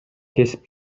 кесип